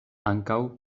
ankaŭ